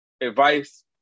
advice